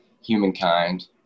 humankind